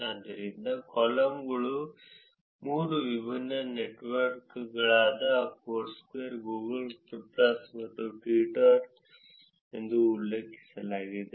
ಆದ್ದರಿಂದ ಕಾಲಮ್ಗಳನ್ನು ಮೂರು ವಿಭಿನ್ನ ನೆಟ್ವರ್ಕ್ಗಳಾದ ಫೋರ್ಸ್ಕ್ವೇರ್ ಗೂಗಲ್ ಪ್ಲಸ್ ಮತ್ತು ಟ್ವಿಟರ್ ಎಂದು ಉಲ್ಲೇಖಿಸಲಾಗುತ್ತದೆ